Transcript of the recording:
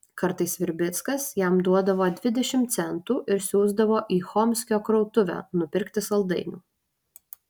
kartais virbickas jam duodavo dvidešimt centų ir siųsdavo į chomskio krautuvę nupirkti saldainių